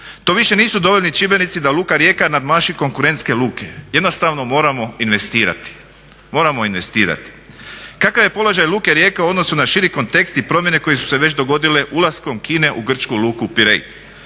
To više nisu dovoljni čimbenici da Luka Rijeka nadmaši konkurentske luke, jednostavno moramo investirati. Kakav je položaj Luke Rijeka u odnosu na širi kontekst i promjene koje su se već dogodile ulaskom Kine u grčku luku Pirej